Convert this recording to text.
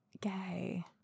gay